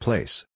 Place